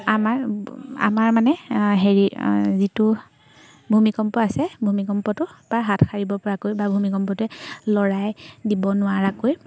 আমাৰ আমাৰ মানে হেৰি যিটো ভূমিকম্প আছে ভূমিকম্পটো বা হাত সাৰিব পৰাকৈ বা ভূমিকম্পটোৱে লৰাই দিব নোৱাৰাকৈ